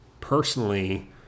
personally